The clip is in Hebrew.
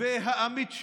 והאמיץ שלהם.